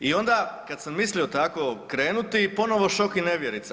I onda kada sam mislio tako krenuti ponovno šok i nevjerica.